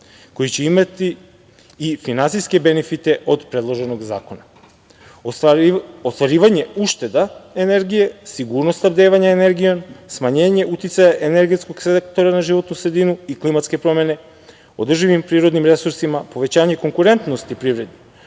koji će imati i finansijske benefite od predloženog zakona, ostvarivanje ušteda energije, sigurnost snabdevanja energijom, smanjenje uticaja energetskog sektora na životnu sredinu i klimatske promene održivim prirodnim resursima, povećanje konkurentnosti privrede,